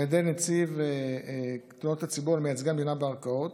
על ידי נציב תלונות הציבור על מייצגי המדינה בערכאות: